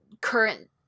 current